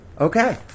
Okay